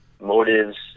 motives